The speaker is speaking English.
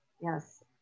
yes